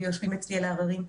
ויושבים אצלי על עררים.